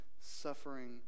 suffering